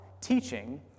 teaching